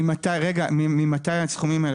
ג"ר: ממתי הסכומים האלה?